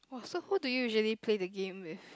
!wah! so who do you usually play the game with